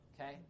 okay